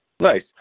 Nice